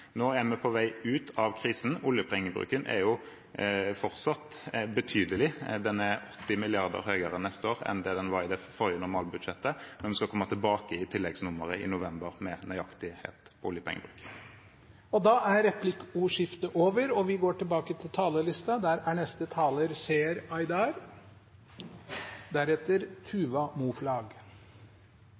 Nå er vi på vei ut av krisen. Oljepengebruken er fortsatt betydelig, den er 80 mrd. kr høyere neste år enn det den var i det forrige normalbudsjettet, men vi skal komme tilbake i tilleggsnummeret i november med nøyaktig oljepengebruk. Da er replikkordskiftet over. Det er bra at vi